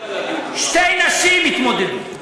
שתי נשים התמודדו.